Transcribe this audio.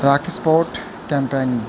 rock sport campaigning